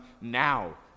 now